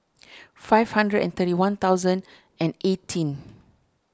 five hundred and thirty one thousand and eighteen